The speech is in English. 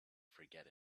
forget